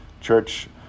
Church